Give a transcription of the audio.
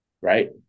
right